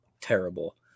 terrible